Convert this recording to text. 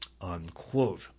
Unquote